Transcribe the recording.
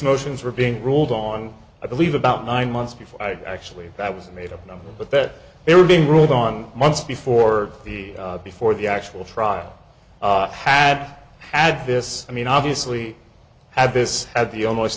motions were being ruled on i believe about nine months before i actually that was made up but that they were being ruled on months before the before the actual trial had had this i mean obviously at this at the almost